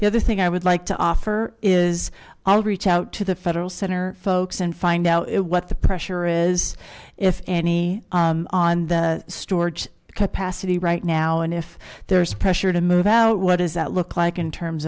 the other thing i would like to offer is i'll reach out to the federal center folks and find out what the pressure is if any on the storage capacity right now and if there's pressure to move out what does that look like in terms